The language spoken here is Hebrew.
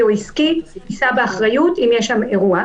או עסקי יישא באחריות אם יש שם אירוע,